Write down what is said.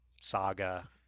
saga